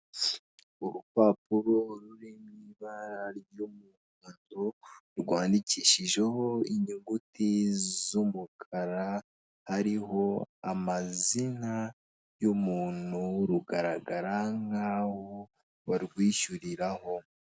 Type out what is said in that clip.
Urupapuro ruri mu ibara ry'umuhondo rwandikishijeho inyuguti z'umukara, hariho amazina y'umuntu rugaragara nk'aho barwishyuriraho.